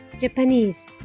Japanese